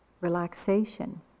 relaxation